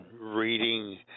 reading